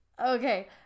okay